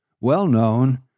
well-known